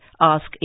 Ask